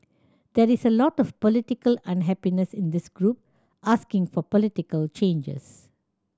there is a lot of political unhappiness in this group asking for political changes